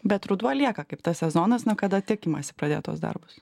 bet ruduo lieka kaip tas sezonas nuo kada tikimasi pradėt tuos darbus